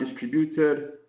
distributed